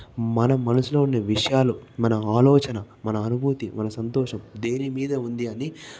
మన మనసులో ఉండే విషయాలు మన ఆలోచన మన అనుభూతి మన సంతోషం దేని మీద ఉంది అని